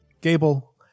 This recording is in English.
Gable